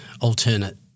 alternate